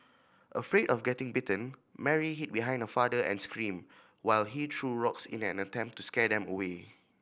afraid of getting bitten Mary hid behind her father and screamed while he threw rocks in an attempt to scare them away